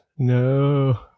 No